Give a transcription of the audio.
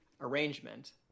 arrangement